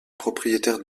propriétaire